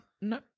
No